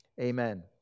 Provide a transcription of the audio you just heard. amen